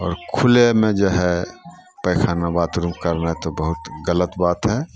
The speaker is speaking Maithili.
आओर खुलेमे जे है पैखाना बाथरूम करनाइ तो बहुत गलत बात है